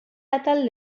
atal